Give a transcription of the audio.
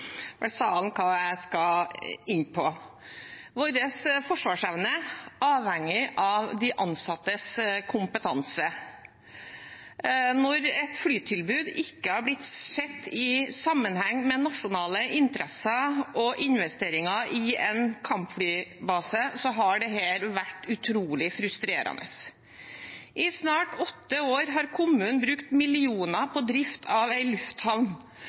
Vår forsvarsevne avhenger av de ansattes kompetanse. Når et flytilbud ikke har blitt sett i sammenheng med nasjonale interesser og investeringer i en kampflybase, har dette vært utrolig frustrerende. I snart åtte år har kommunen brukt millioner på drift av en lufthavn,